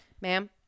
Ma'am